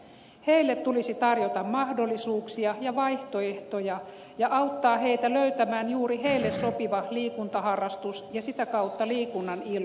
heille tulisi tarjota mahdollisuuksia ja vaihtoehtoja ja auttaa heitä löytämään juuri heille sopiva liikuntaharrastus ja sitä kautta liikunnan ilo